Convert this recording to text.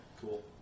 cool